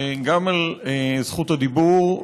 גם על זכות הדיבור,